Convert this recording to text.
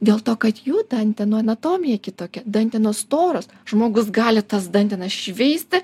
dėl to kad jų dantenų anatomija kitokia dantenos storos žmogus gali tas dantenas šveisti